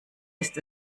ist